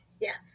Yes